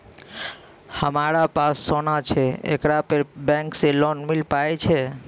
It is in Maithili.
हमारा पास सोना छै येकरा पे बैंक से लोन मिले पारे छै?